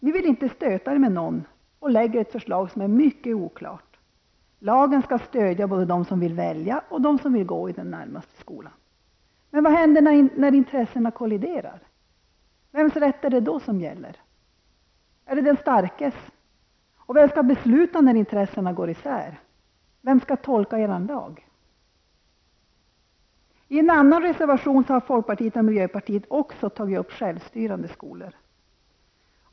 Ni vill inte stöta er med någon och lägger därför fram ett förslag som är mycket oklart. Lagen skall stödja både dem som vill välja skola och dem som vill gå i den skola som ligger närmast hemmet. Men vad händer när olika intressen kolliderar? Vems rätt är det då som gäller? Är det den starkes rätt som gäller? Och vem skall besluta när intressena går isär? Vem skall tolka er lag? I en annan reservation tar folkpartiet och miljöpartiet upp frågan om självstyrande skolor.